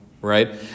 right